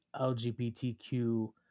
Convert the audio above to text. LGBTQ